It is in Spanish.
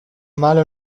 malo